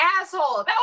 asshole